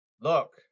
Look